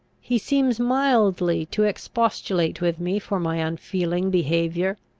he seems mildly to expostulate with me for my unfeeling behaviour.